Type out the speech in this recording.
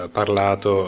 parlato